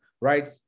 right